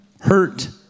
hurt